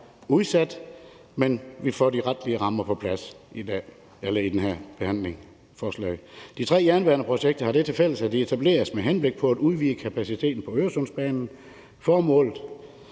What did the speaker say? men vi får de retlige rammer på plads med det her forslag. De tre jernbaneprojekter har det tilfælles, at de etableres med henblik på at udvide kapaciteten på Øresundsbanen. Formålet